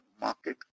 market